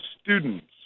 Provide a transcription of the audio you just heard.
students